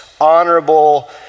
honorable